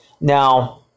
Now